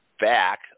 back